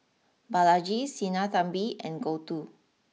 Balaji Sinnathamby and Gouthu